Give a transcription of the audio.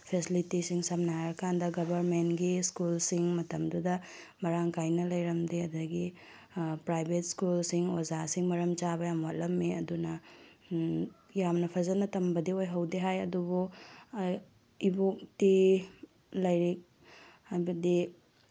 ꯐꯦꯁꯤꯂꯤꯇꯤꯁꯤꯡ ꯁꯝꯅ ꯍꯥꯏꯔꯀꯥꯟꯗ ꯒꯕꯔꯃꯦꯟꯒꯤ ꯁ꯭ꯀꯨꯜꯁꯤꯡ ꯃꯇꯝꯗꯨꯗ ꯃꯔꯥꯡ ꯀꯥꯏꯅ ꯂꯩꯔꯝꯗꯦ ꯑꯗꯒꯤ ꯄ꯭ꯔꯥꯏꯚꯦꯠ ꯁ꯭ꯀꯨꯜꯁꯤꯡ ꯑꯣꯖꯥꯁꯤꯡ ꯃꯔꯝ ꯆꯥꯕ ꯌꯥꯝ ꯋꯥꯠꯂꯝꯃꯤ ꯑꯗꯨꯅ ꯌꯥꯝꯅ ꯐꯖꯅ ꯇꯝꯕꯗꯤ ꯑꯣꯏꯍꯧꯗꯦ ꯍꯥꯏ ꯑꯗꯨꯕꯨ ꯏꯕꯣꯛꯇꯤ ꯂꯥꯏꯔꯤꯛ ꯍꯥꯏꯕꯗꯤ